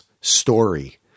story